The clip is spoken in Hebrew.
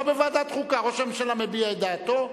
ראש הממשלה מביע את דעתו,